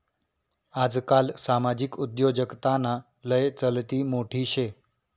आजकाल सामाजिक उद्योजकताना लय चलती मोठी शे